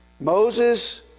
Moses